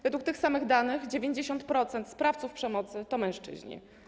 Według tych samych danych 90% sprawców przemocy to mężczyźni.